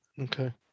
Okay